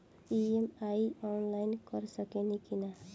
EMI online कर सकेनी की ना?